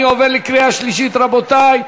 אני עובר לקריאה שלישית, רבותי.